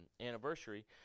anniversary